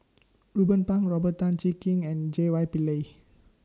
Ruben Pang Robert Tan Jee Keng and J Y Pillay